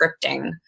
scripting